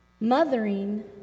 Mothering